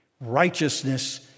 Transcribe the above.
righteousness